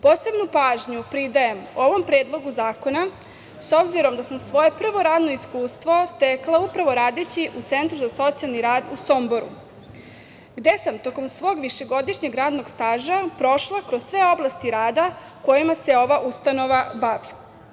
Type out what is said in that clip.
Posebnu pažnju pridajem ovom predlogu zakona, obzirom da sam svoje prvo radno iskustvo stekla upravo radeći u Centru za socijalni rad u Somboru, gde sam tokom svog višegodišnjeg radnog staža prošla kroz sve oblasti rada kojima se ova ustanova bavi.